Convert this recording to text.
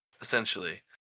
essentially